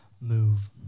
move